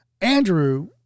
Andrew